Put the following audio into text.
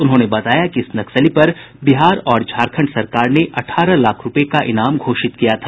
उन्होंने बताया कि इस नक्सली पर बिहार और झारखंड सरकार ने अठारह लाख रुपये का ईनाम घोषित किया था